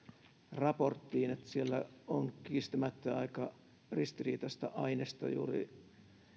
raporttiin että siellä on kiistämättä aika ristiriitaista ainesta juuri